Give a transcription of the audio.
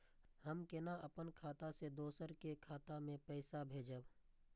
हम केना अपन खाता से दोसर के खाता में पैसा भेजब?